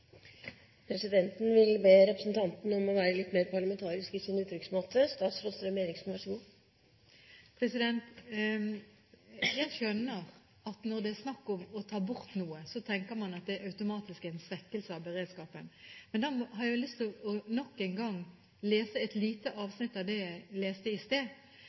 Presidenten vil be representanten om å være litt mer parlamentarisk i sin uttrykksmåte. Jeg skjønner at når det er snakk om å ta bort noe, tenker man at det automatisk er en svekkelse av beredskapen. Da har jeg lyst til nok en gang å lese et lite avsnitt av det jeg leste i sted: